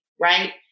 right